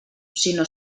sinó